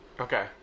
Okay